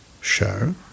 show